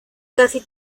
casi